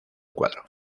cuadro